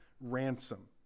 ransom